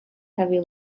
heavy